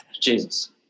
Jesus